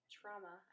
trauma